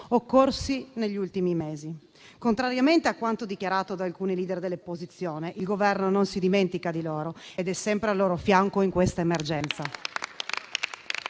occorsi negli ultimi mesi. Contrariamente a quanto dichiarato da alcuni leader dell’opposizione, il Governo non si dimentica di loro ed è sempre al loro fianco in questa emergenza.